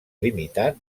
limitat